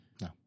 No